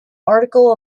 article